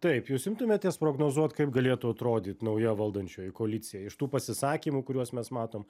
taip jūs imtumėtės prognozuot kaip galėtų atrodyt nauja valdančioji koalicija iš tų pasisakymų kuriuos mes matom